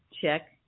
check